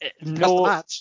no